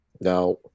Now